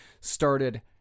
started